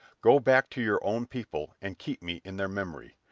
go back to your own people and keep me in their memory.